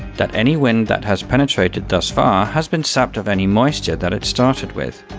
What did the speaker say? that any wind that has penetrated thus far has been sapped of any moisture that it started with.